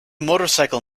motorcycle